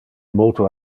multo